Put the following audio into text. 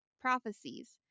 prophecies